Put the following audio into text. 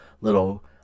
little